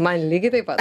man lygiai taip pat